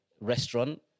restaurant